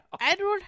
Edward